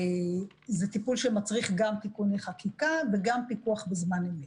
זה טיפול שמצריך גם תיקוני חקיקה וגם פיקוח בזמן אמת,